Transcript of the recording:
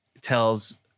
tells